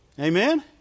Amen